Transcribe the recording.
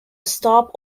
stop